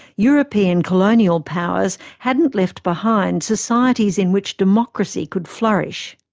european colonial powers had not left behind societies in which democracy could flourish.